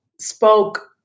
spoke